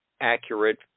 accurate